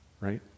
Right